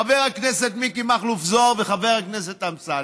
חבר הכנסת מיקי מכלוף זוהר וחבר הכנסת אמסלם,